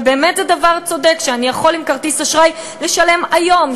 ובאמת זה דבר צודק שאני יכול עם כרטיס אשראי לשלם היום,